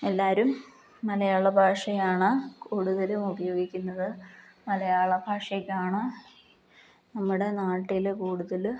എല്ലാവരും മലയാള ഭാഷയാണ് കൂടുതലും ഉപയോഗിക്കുന്നത് മലയാള ഭാഷക്കാണ് നമ്മുടെ നാട്ടിൽ കൂടുതൽ